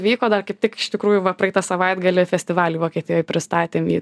vyko dar kaip tik iš tikrųjų va praeitą savaitgalį festivalį vokietijoj pristatėm į